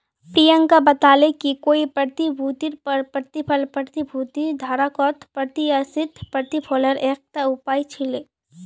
प्रियंका बताले कि कोई प्रतिभूतिर पर प्रतिफल प्रतिभूति धारकक प्रत्याशित प्रतिफलेर एकता उपाय छिके